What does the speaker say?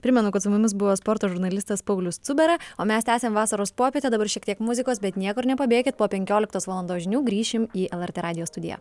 primenu kad su mumis buvo sporto žurnalistas paulius cubera o mes tęsiam vasaros popietę dabar šiek tiek muzikos bet niekur nepabėkit po penkioliktos valandos žinių grįšim į lrt radijo studiją